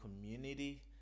community